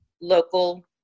local